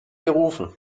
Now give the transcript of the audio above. gerufen